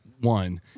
one